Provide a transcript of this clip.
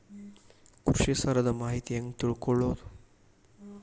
ಕೃಷಿ ಸಾಲದ ಮಾಹಿತಿ ಹೆಂಗ್ ತಿಳ್ಕೊಳ್ಳೋದು?